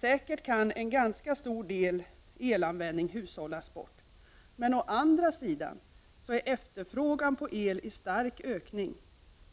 Säkert kan en ganska stor del elanvändning hushållas bort, men å andra sidan är efterfrågan på el i stark ökning,